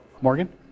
Morgan